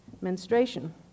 menstruation